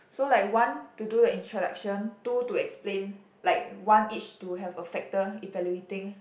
so like one to do the introduction two to explain like one each to have a factor evaluating